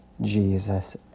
Jesus